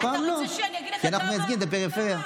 הפעם לא, כי אנחנו מייצגים את הפריפריה.